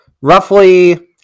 roughly